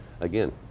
again